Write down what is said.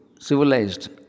civilized